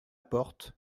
porte